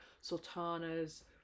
sultanas